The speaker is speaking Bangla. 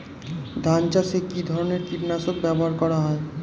ধান চাষে কী ধরনের কীট নাশক ব্যাবহার করা হয়?